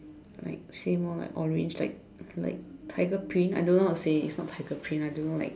like say more like orange like like tiger print I don't know how to say it's not tiger print I don't know like